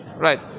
right